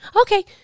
Okay